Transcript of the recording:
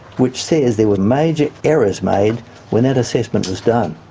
which says there were major errors made when that assessment was done,